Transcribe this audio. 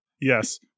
Yes